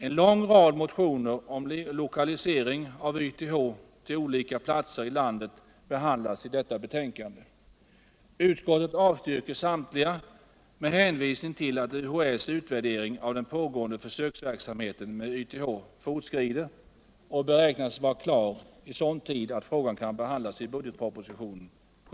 En lång rad motioner om lokalisering av YTH till olika platser i landet behandlas i detta betänkande. Utskottet avstyrker samtliga med hänvisning till att UHÄ:s utvärdering av den pågående försöksverksamheten med YTH fortskrider och beräknas vara klar i sådan tid att frågan kan behandlas i budgetpropositionen 1979/80.